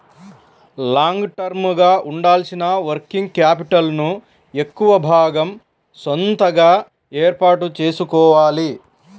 long term గా ఉండాల్సిన working capital ను ఎక్కువ భాగం సొంతగా ఏర్పాటు చేసుకోవాలి